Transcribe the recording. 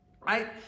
right